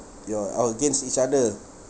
you're all against each other